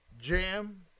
jam